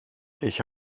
ich